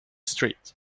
street